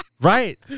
Right